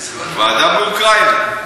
ועדה באוקראינה.